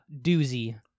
doozy